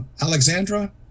Alexandra